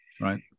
Right